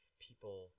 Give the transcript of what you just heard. people